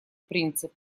принцип